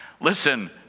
Listen